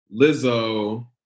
Lizzo